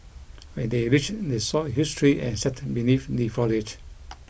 when they reached they saw a huge tree and sat beneath the foliage